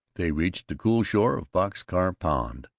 they reached the cool shore of box car pond.